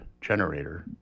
generator